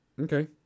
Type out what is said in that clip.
Okay